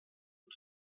und